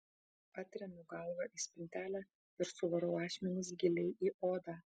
atremiu galvą į spintelę ir suvarau ašmenis giliai į odą